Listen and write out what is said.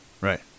Right